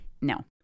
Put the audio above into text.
No